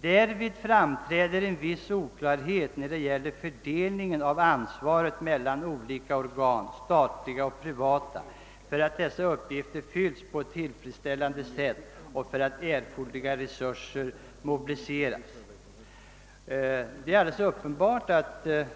Därvid framträder en viss oklarhet när det gäller fördelningen av ansvaret mellan olika organ, statliga och privata, för att dessa uppgifter fylls på ett tillfredsställande sätt och för att erforderliga resurser mobiliseras.» Det är alldeles uppenbart att det